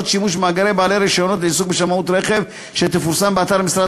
שימוש במאגר בעלי הרישיונות לעיסוק בשמאות רכב שתפורסם באתר משרד